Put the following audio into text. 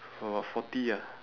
about forty ah